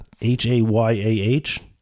H-A-Y-A-H